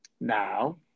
Now